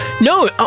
No